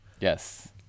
Yes